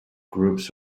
groups